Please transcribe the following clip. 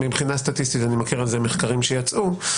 מבחינה סטטיסטית אני מכיר על זה מחקרים שיצאו.